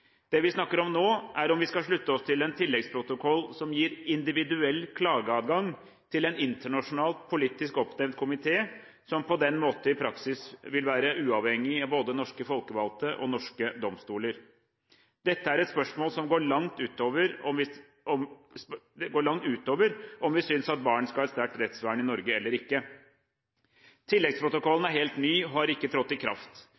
gjør vi. Det vi snakker om nå, er om vi skal slutte oss til en tilleggsprotokoll som gir individuell klageadgang til en internasjonal, politisk oppnevnt komité som på den måten i praksis vil være uavhengig av både norske folkevalgte og norske domstoler. Dette er et spørsmål som går langt utover om vi synes at barn skal ha et sterkt rettsvern i Norge, eller ikke. Tilleggsprotokollen er helt ny og har ikke trådt i kraft.